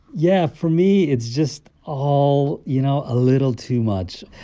yeah. for me, it's just all, you know, a little too much.